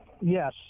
Yes